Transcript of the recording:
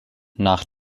nach